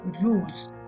rules